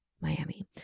Miami